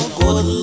good